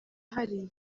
hari